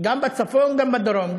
גם בצפון, גם בדרום.